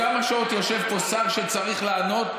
כמה שעות יושב פה שר שצריך לענות,